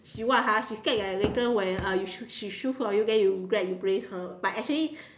she what ha she scared you are later where uh she she choose for you then you regret you blame her but actually